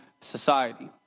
society